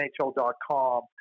NHL.com